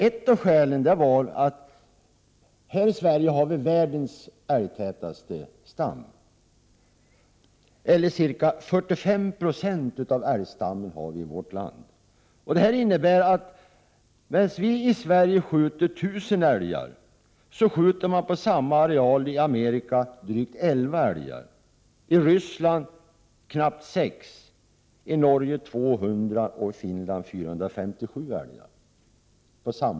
Ett av skälen var att Sverige är ett av världens älgtätaste länder. Ca 45 96 av älgstammen finns i vårt land. På den areal på vilken vi i Sverige skjuter 1 000 älgar skjuter man i Amerika drygt 11 älgar, i Ryssland knappt 6, i Norge 200 och i Finland 457.